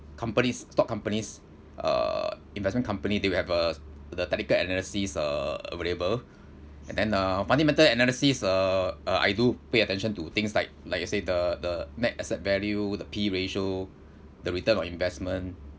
companies stock companies uh investment company they will have a the technical analysis uh available and then uh fundamental analysis uh uh I do pay attention to things like like you say the the net asset value the P_E ratio the return on investment